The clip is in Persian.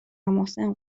محسن